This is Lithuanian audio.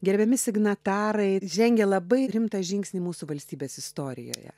gerbiami signatarai žengė labai rimtą žingsnį mūsų valstybės istorijoje